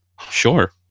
Sure